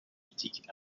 boutique